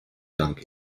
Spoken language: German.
dank